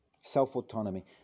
self-autonomy